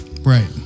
right